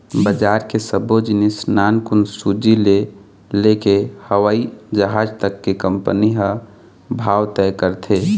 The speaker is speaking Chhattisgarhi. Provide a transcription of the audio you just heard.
बजार के सब्बो जिनिस नानकुन सूजी ले लेके हवई जहाज तक के कंपनी ह भाव तय करथे